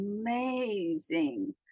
amazing